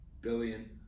billion